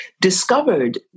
discovered